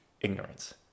ignorance